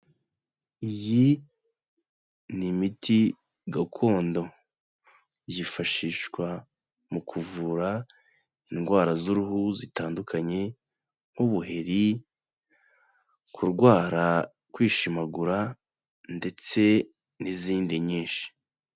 Iyi ni imiti gakondo, yifashishwa mu kuvura indwara z'uruhu zitandukanye nk'ubuheri, kurwara kwishimagura ndetse n'izindi nyinshi.